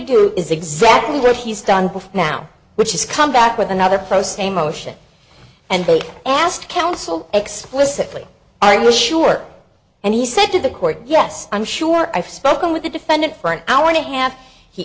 do is exactly what he's done before now which is come back with another post a motion and they asked counsel explicitly i was sure and he said to the court yes i'm sure i've spoken with the defendant for an hour and a half he